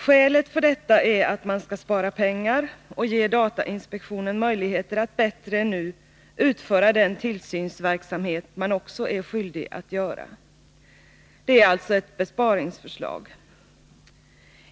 Skälet för detta är att man skall spara pengar och ge datainspektionen möjligheter att bättre än nu utföra den tillsynsverksamhet som man också är skyldig att bedriva. Det är alltså ett besparingsförslag.